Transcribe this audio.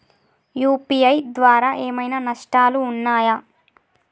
UPI ద్వారా ఏమైనా నష్టాలు ఉన్నయా?